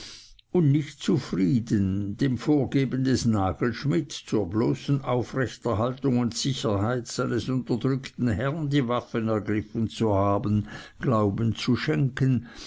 und nicht zufrieden dem vorgeben des nagelschmidt zur bloßen aufrechterhaltung und sicherheit seines unterdrückten herrn die waffen ergriffen zu haben glauben zu schenken